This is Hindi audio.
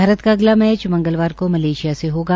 भारत का अगला मैच मंगलवार को मलेशिया से होगा